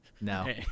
No